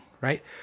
right